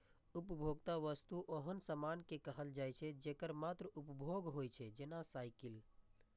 उपभोक्ता वस्तु ओहन सामान कें कहल जाइ छै, जेकर मात्र उपभोग होइ छै, जेना साइकिल